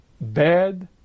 bad